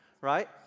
right